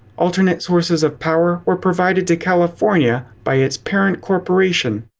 alternate sources of power were provided to california by its parent corporation,